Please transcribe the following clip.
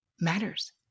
matters